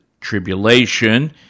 tribulation